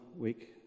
week